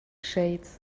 shades